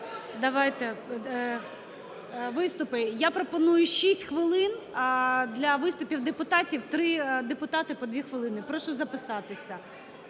голосувати? Виступи? Я пропоную 6 хвилин для виступів депутатів: три депутати по дві хвилини. Прошу записатися.